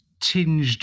tinged